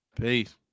Peace